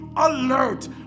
Alert